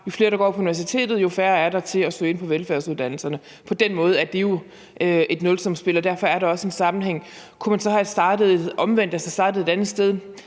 jo flere der går på universitetet, jo færre er der til at søge ind på velfærdsuddannelserne. På den måde er det jo et nulsumsspil, og derfor er der også en sammenhæng. Kunne man så have startet omvendt,